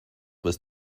was